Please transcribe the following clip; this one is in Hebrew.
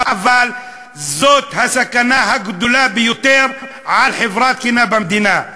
אבל זאת הסכנה הגדולה ביותר על חברה תקינה במדינה.